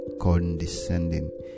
condescending